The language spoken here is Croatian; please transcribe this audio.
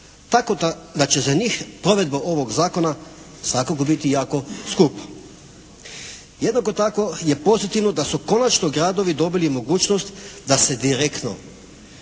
tako da će za njih provedba ovog Zakona svakako biti jako skupo. Jednako tako je pozitivno da su konačno gradovi dobili mogućnost da se direktno